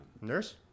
Nurse